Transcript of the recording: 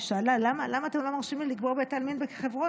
היא שאלה: למה אתם לא מרשים לי לקבור בבית העלמין בחברון?